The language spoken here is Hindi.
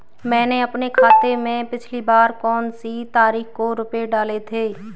मैंने अपने खाते में पिछली बार कौनसी तारीख को रुपये डाले थे?